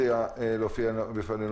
רוצה להופיע בפנינו,